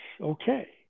Okay